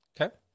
Okay